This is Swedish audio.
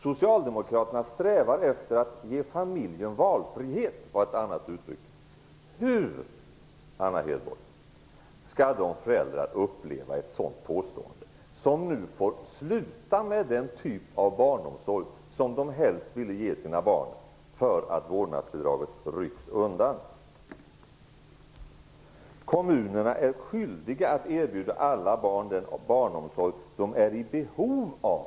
Socialdemokraterna strävar efter att ge familjen valfrihet, lydde ett annat uttryck. Hur, Anna Hedborg, skall de föräldrar som nu därför att vårdnadsbidraget stoppas får upphöra med den typ av barnomsorg som de helst vill ge sina barn uppleva ett sådant påstående? Kommunerna är skyldiga att erbjuda alla barn den barnomsorg som de är i behov av.